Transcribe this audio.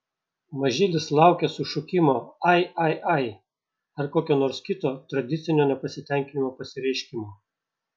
mažylis laukia sušukimo ai ai ai ar kokio nors kito tradicinio nepasitenkinimo pasireiškimo